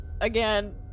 again